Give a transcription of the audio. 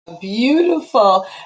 Beautiful